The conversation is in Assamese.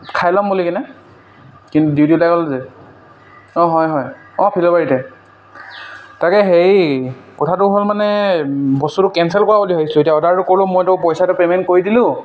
খাই ল'ম বুলি কিনে কিন্তু ডিউটি' ওলাই গ'ল যে অঁ হয় হয় অঁ ফিল'বাৰীতে তাকে হেৰি কথাটো হ'ল মানে বস্তুটো কেনচেল কৰাম বুলি ভাবিছিলোঁ এতিয়া অৰ্ডাৰটো ক'লোঁ মইতো পইচাটো পে'মেণ্ট কৰি দিলোঁ